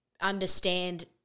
understand